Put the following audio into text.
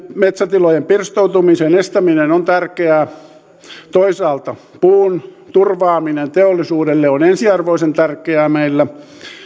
metsätilojen pirstoutumisen estäminen on tärkeää toisaalta puun turvaaminen teollisuudelle on ensiarvoisen tärkeää meillä